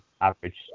average